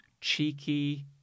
cheeky